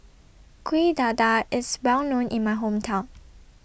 Kuih Dadar IS Well known in My Hometown